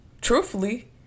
truthfully